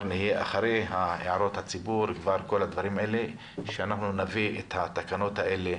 נהיה אחרי הערות הציבור ואנחנו נביא את התקנות האלה